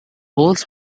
walls